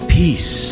peace